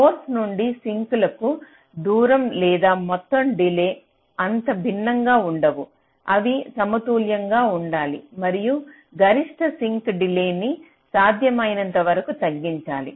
source నుండి సింక్లకు దూరం లేదా మొత్తం డిలే అంత భిన్నంగా ఉండవు అవి సమతుల్యంగా ఉండాలి మరియు గరిష్ట సింక్ డిలే న్ని సాధ్యమైనంత వరకు తగ్గించాలి